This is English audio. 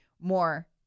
more